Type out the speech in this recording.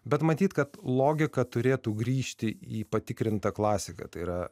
bet matyt kad logika turėtų grįžti į patikrintą klasiką tai yra